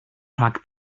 rhag